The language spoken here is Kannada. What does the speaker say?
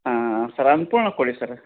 ಹಾಂ ಸರ್ ಅನ್ನಪೂರ್ಣ ಕೊಡಿ ಸರ್